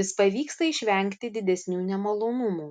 vis pavyksta išvengti didesnių nemalonumų